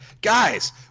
Guys